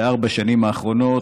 בארבע השנים האחרונות.